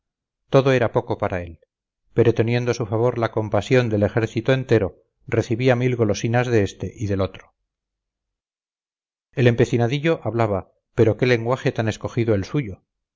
descosido todo era poco para él pero teniendo a su favor la compasión del ejército entero recibía mil golosinas de este y del otro el empecinadillo hablaba pero qué lenguaje tan escogido el suyo